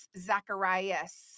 Zacharias